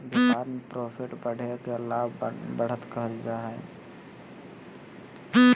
व्यापार में प्रॉफिट बढ़े के लाभ, बढ़त कहल जा हइ